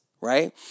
right